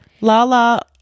Lala